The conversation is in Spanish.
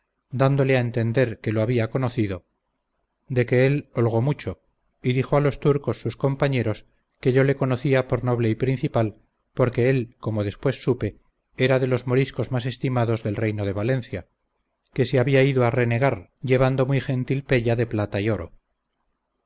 dándole a entender que lo había conocido de que él holgó mucho y dijo a los turcos sus compañeros que yo le conocía por noble y principal porque él como después supe era de los moriscos más estimados del reino de valencia que se había ido a renegar llevando muy gentil pella de plata y oro